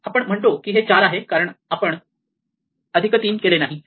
आपण म्हणतो की हे 4 आहे कारण आपण अधिक 3 केले नाही